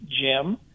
Jim